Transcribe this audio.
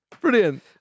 Brilliant